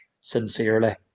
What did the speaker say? sincerely